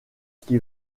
qui